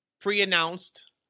pre-announced